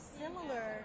similar